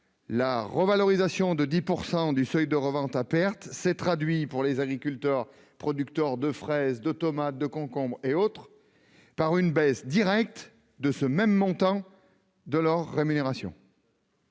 la revalorisation de 10 % du seuil de revente à perte s'est traduite, pour les agriculteurs producteurs de fraises, de tomates, de concombres et autres, par une baisse directe d'un même montant de leur rémunération.